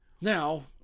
Now